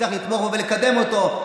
צריך לתמוך בו ולקדם אותו,